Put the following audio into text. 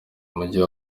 mujyi